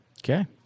Okay